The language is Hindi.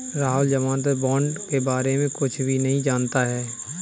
राहुल ज़मानत बॉण्ड के बारे में कुछ भी नहीं जानता है